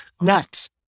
nuts